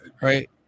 right